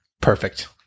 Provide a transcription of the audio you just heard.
Perfect